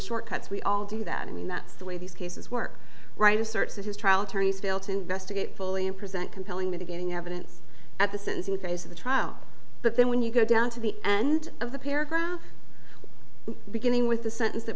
short cuts we all do that i mean that's the way these cases work right asserts that his trial attorneys fail to investigate fully and present compelling mitigating evidence at the sentencing phase of the trial but then when you go down to the end of the paragraph beginning with the sentence that